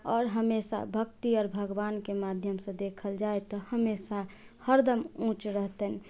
आओर हमेशा भक्ति आओर भगवान के माध्यम से देखल जाय तऽ हमेशा हरदम उच्च रहतनि